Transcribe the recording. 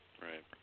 Right